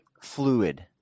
Fluid